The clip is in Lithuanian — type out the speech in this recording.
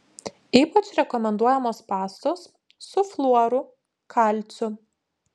ypač rekomenduojamos pastos su fluoru kalciu